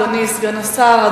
אדוני סגן השר,